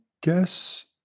guess